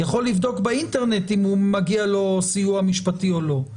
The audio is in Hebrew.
יכול לבדוק באינטרנט אם מגיע לו סיוע משפטי או לא.